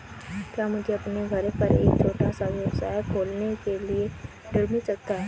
क्या मुझे अपने घर पर एक छोटा व्यवसाय खोलने के लिए ऋण मिल सकता है?